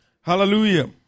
Hallelujah